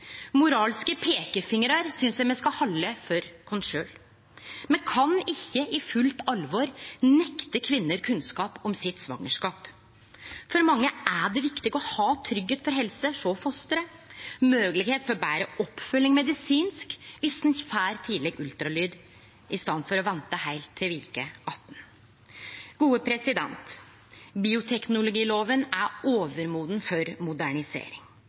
Moralske peikefingrar synest eg me skal halde for oss sjølve. Me kan ikkje i fullt alvor nekte kvinner kunnskap om svangerskapet sitt. For mange er det viktig å ha tryggleik for helse, sjå fosteret, ha moglegheit for betre medisinsk oppfølging dersom ein får tidleg ultralyd i staden for å vente heilt til veke 18. Bioteknologilova er overmoden for modernisering.